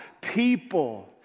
people